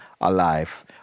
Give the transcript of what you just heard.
alive